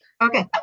Okay